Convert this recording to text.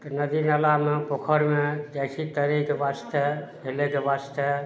तऽ नदी नालामे पोखैरमे जाइ छी तैरेके वास्ते हेलयके वास्ते